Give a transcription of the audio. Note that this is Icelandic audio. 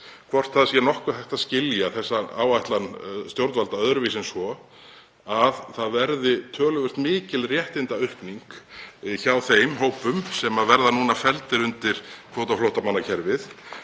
hvort það sé nokkuð hægt að skilja þessa áætlun stjórnvalda öðruvísi en svo að það verði töluvert mikil réttindaaukning hjá þeim hópum sem verða felldir undir kvótaflóttamannakerfið.